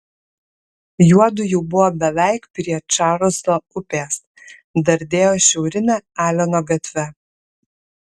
juodu jau buvo beveik prie čarlzo upės dardėjo šiaurine aleno gatve